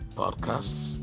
podcasts